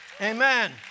Amen